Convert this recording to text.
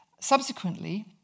Subsequently